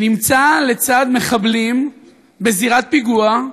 שנמצא לצד מחבלים בזירת פיגוע,